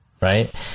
right